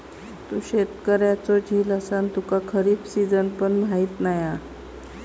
तू शेतकऱ्याचो झील असान तुका खरीप सिजन पण माहीत नाय हा